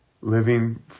living